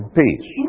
peace